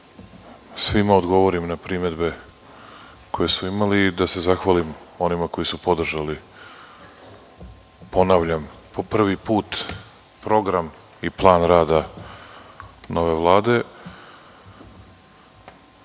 svima dogovorim na primedbe koje smo imali i da se zahvalim onima koji su podržali. Ponavljam, po prvi put program i plan rada nove Vlade,